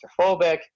claustrophobic